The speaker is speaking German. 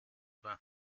vor